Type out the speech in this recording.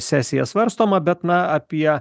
sesiją svarstoma bet na apie